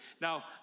Now